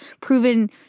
proven